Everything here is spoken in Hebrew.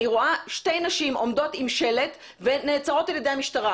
ואני רואה שתי נשים עומדות עם שלט ונעצרות על ידי המשטרה.